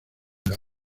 las